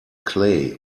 clay